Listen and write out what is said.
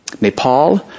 Nepal